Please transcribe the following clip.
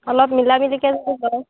অলপ মিলা মিলিকে যদি হয়